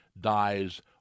dies